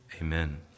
Amen